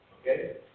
Okay